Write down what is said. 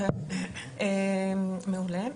מעולה.